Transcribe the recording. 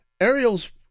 ariel's